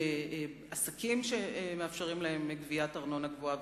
עסקים שמאפשרים להן גביית ארנונה גבוהה.